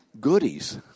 goodies